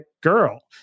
girl